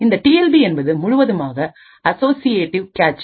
இந்த T L B என்பது முழுவதுமாக அசோசியேட்டிவ் கேட்ச்